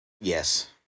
yes